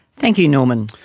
thank you norman.